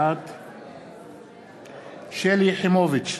בעד שלי יחימוביץ,